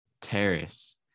terrace